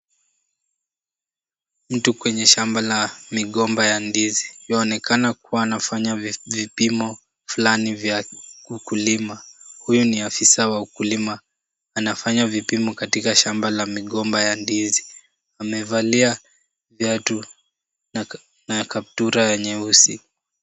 Mtu kwenye shamba la migomba ya ndizi. Yaonekana kuwa anafanya vipimo fulani vya ukulima. Huyu ni afisa wa ukulima, anafanya vipimo katika shamba la migomba ya ndizi. Amevalia viatu na kaptura ya nyeusi